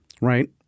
Right